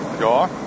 Ja